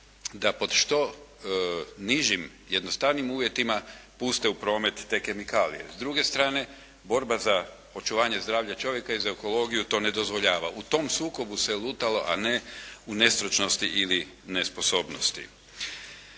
da po što nižim, jednostavnijim uvjetima puste u promet te kemikalije. S druge strane borba za očuvanje zdravlja čovjeka i za ekologiju to ne dozvoljava. U tom sukobu se lutalo, a ne u nestručnosti ili nesposobnosti.